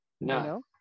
No